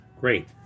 Great